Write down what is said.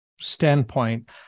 standpoint